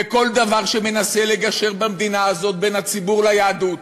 וכל דבר שמנסה לגשר במדינה הזאת בין הציבור ליהדות,